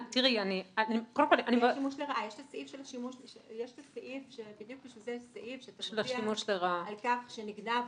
יש בדיוק בשביל זה סעיף שמודיע על כך שנגנב,